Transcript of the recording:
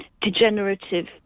degenerative